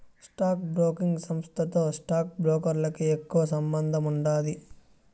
stock broking సంస్థతో stock బ్రోకర్లకి ఎక్కువ సంబందముండాది